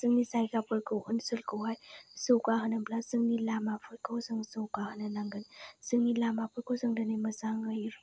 जोंनि जायगाफोरखौ ओनसोलखौहाय जौगाहोनो बा जोंनि लामाफोरखौ जों जौगाहोनो नांगोन जोंनि लामाफोरखौ जों दिनै मोजाङै